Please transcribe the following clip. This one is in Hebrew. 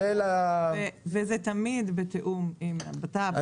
וזה תמיד בתיאום עם הבט"פ.